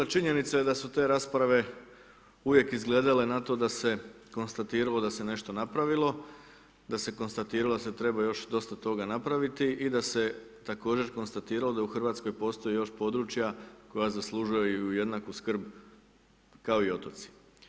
Činjenica je da su te rasprave uvijek izgledale na to da se konstatiralo da se nešto napravilo, da se konstatiralo da se treba još dosta toga napraviti i da se također konstatiralo da u Hrvatskoj postoji još područja koja zaslužuju jednaku skrb kao i otoci.